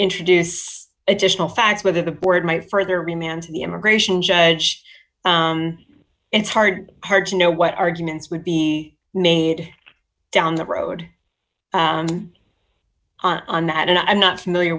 introduces additional facts whether the board might further remand the immigration judge it's hard hard to know what arguments would be made down the road on that and i'm not familiar